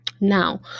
Now